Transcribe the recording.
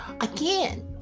again